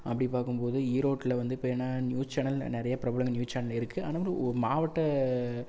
அப்படி பார்க்கும் போது ஈரோட்டில் வந்து இப்போ ஏன்னா நியூஸ் சேனல் நிறையா பிரபல நியூஸ் சேனல் இருக்குது ஆனால் ஒரு மாவட்ட